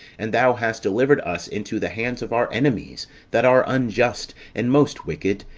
and thou hast delivered us into the hands of our enemies that are unjust, and most wicked,